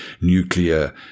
nuclear